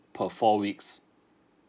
per four weeks